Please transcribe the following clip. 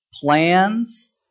plans